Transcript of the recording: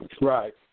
Right